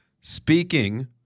speaking